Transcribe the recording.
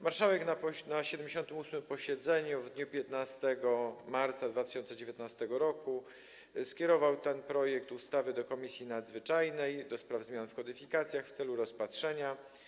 Marszałek na 78. posiedzeniu w dniu 15 marca 2019 r. skierował ten projekt ustawy do Komisji Nadzwyczajnej do spraw zmian w kodyfikacjach w celu rozpatrzenia.